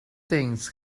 things